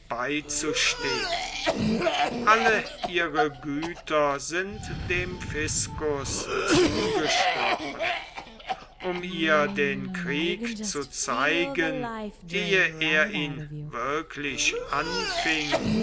beizustehen alle ihre güter sind dem fiscus zugesprochen um ihr den krieg zu zeigen ehe er ihn wirklich anfing